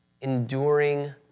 enduring